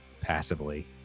passively